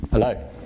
Hello